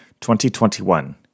2021